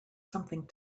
something